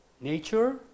nature